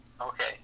Okay